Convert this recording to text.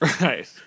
right